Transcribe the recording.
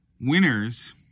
Winners